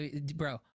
bro